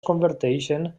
converteixen